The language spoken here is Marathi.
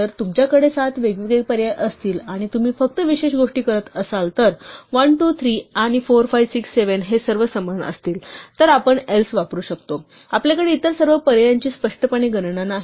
जर तुमच्याकडे सात वेगवेगळे पर्याय असतील आणि तुम्ही फक्त विशेष गोष्टी करत असाल तर 1 2 3 आणि 4 5 6 7 हे सर्व समान असतील तर आपण else वापरू शकतो आपल्याकडे इतर सर्व पर्यायांची स्पष्टपणे गणना नाही